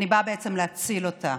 אני באה להציל אותה.